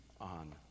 on